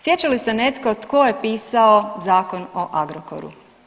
Sjeća li se netko tko je pisao Zakon o Agrokoru?